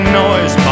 noise